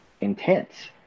intense